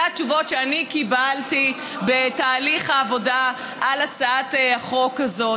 אלה התשובות שאני קיבלתי בתהליך העבודה על הצעת החוק הזאת.